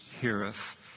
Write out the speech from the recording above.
heareth